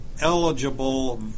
eligible